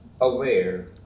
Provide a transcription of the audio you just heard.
aware